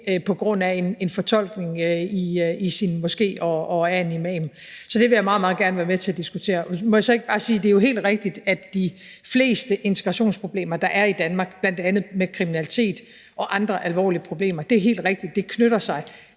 på grund af en fortolkning i deres moské og af en imam. Så det vil jeg meget, meget gerne være med til at diskutere. Må jeg så ikke bare sige, at det jo er helt rigtigt, at de fleste integrationsproblemer, der er i Danmark, bl.a. med kriminalitet og andre alvorlige problemer – det er helt rigtigt – knytter sig